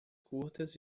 curtas